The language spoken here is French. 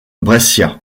brescia